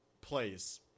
place